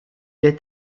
est